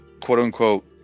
quote-unquote